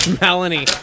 Melanie